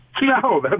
No